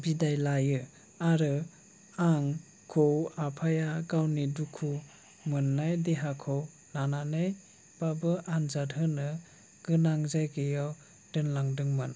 बिदाय लायो आरो आंखौ आफाया गावनि दुखु मोननाय देहाखौ लानानैबाबो आन्जाद होनोगोनां जायगायाव दोनलांदोंमोन